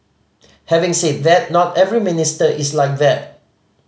having said that not every minister is like that